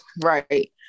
Right